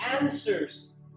answers